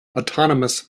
autonomous